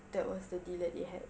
that was the deal that they had